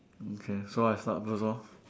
okay so I start first lor